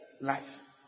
life